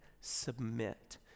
submit